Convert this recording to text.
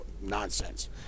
nonsense